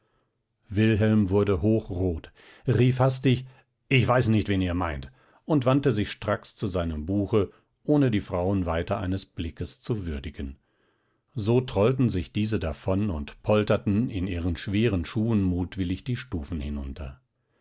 wilhelm wurde hochrot rief hastig ich weiß nicht wen ihr meint und wandte sich stracks zu seinem buche ohne die frauen weiter eines blickes zu würdigen so trollten sich diese davon und polterten in ihren schweren schuhen mutwillig die stufen hinunter